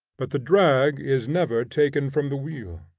but the drag is never taken from the wheel.